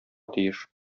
тиеш